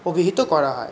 অভিহিত করা হয়